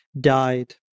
died